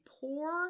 pour